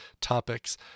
topics